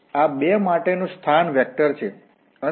તો આ 2 માટેનું સ્થાન વેક્ટરછે